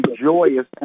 joyous